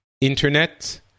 internet